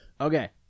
Okay